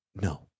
no